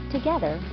Together